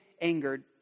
angered